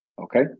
Okay